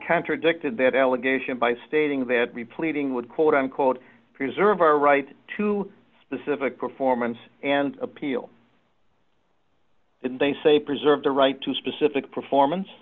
contradicted that allegation by stating that we pleading with quote unquote preserve our right to specific performance and appeal they say preserve the right to specific performance